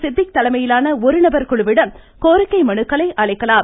சித்திக் தலைமையிலான ஒருநபர் குழுவிடம் கோரிக்கை மனுக்களை அளிக்கலாம்